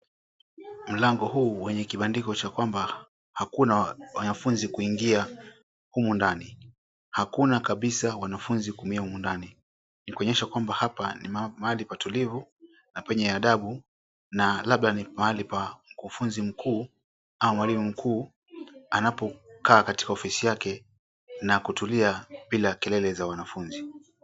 Mlango huu wenye kibandiko cha kwamba hakuna wanafunzi kuingia humu ndani. Hakuna kabisa wanafunzi kuingia humu ndani, ni kuonyesha kwamba hapa ni mahali patulivu na penye adabu na labda ni mahali pa mkufunzi mkuu ama mwalimu mkuu anapokaa katika ofisi yake na kutulia bila kelele za wanafunzi.